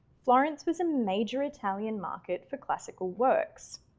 florence was a major italian market for classical works.